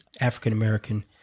African-American